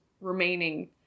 remaining